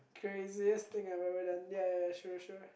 craziest thing I have ever done ya ya ya sure sure